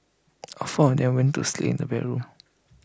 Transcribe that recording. all four of them went to sleep in the bedroom